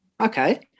Okay